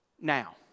now